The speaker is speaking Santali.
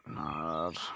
ᱟᱨᱻ